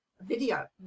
video